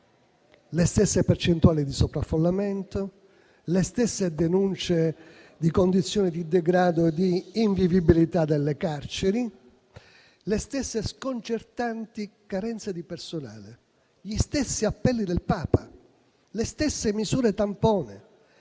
le stesse percentuali di sovraffollamento, le stesse denunce di condizioni di degrado e di invivibilità delle carceri, le stesse sconcertanti carenza di personale, gli stessi appelli del Papa, le stesse misure tampone,